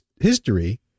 history